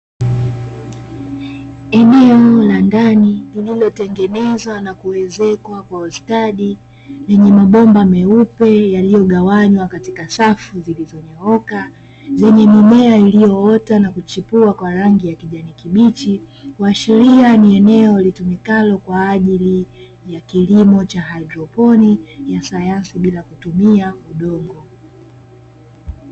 Eneo la ndani lililotengenezwa na kuezekwa kwa ustadi, lenye mabomba meupe yaliyogawanywa katika safu zilizonyooka zenye mimea iliyoota na kuchipua kwa rangi ya kijani kibichi, kuashiria ni eneo litumikalo kwa ajili ya kilimo cha haidroponi ya sayansi bila kutumia udongo.